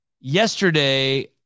Yesterday